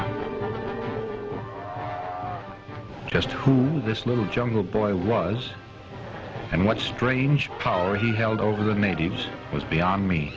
just who this little jungle boy was and what strange power he held over the natives was beyond me